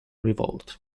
revolt